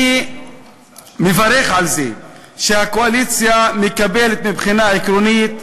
אני מברך על זה שהקואליציה מקבלת מבחינה עקרונית.